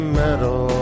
metal